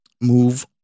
move